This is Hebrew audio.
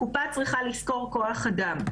הקופה צריכה לשכור כוח אדם.